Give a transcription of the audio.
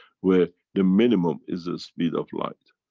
where the minimum is the speed of light.